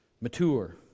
mature